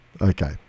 Okay